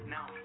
Now